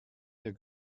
der